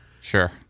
Sure